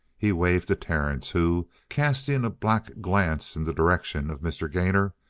he waved to terence, who, casting a black glance in the direction of mr. gainor,